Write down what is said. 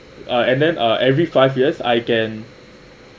uh and then uh every five years I can